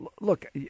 look